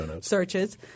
searches